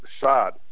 shot